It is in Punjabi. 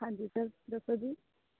ਹਾਂਜੀ ਸਰ ਦੱਸੋ ਜੀ